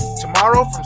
Tomorrow